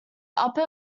upper